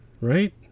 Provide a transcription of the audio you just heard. right